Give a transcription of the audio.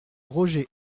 roger